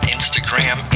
Instagram